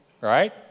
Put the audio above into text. Right